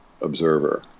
observer